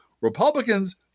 Republicans